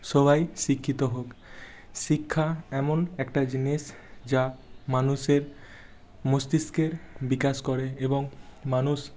সবাই শিক্ষিত হোক শিক্ষা এমন একটা জিনিস যা মানুষের মস্তিষ্কের বিকাশ করে এবং মানুষ